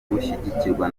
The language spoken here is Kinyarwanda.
gushyigikirwa